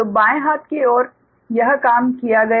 तो बाएं हाथ की ओर यह काम किया गया है